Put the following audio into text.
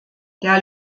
der